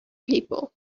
people